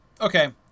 Okay